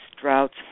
droughts